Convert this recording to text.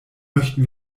möchten